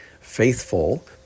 faithful